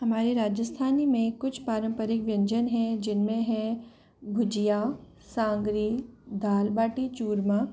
हमारी राजस्थान में कुछ पारम्परिक व्यंजन हैं जिनमें हैं भुजिया सांगरी दाल बाटी चूरमा